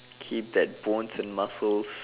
keep that bones and muscles